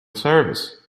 service